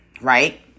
right